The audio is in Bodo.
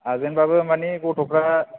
हागोन बाबो मानि गथ'फोरा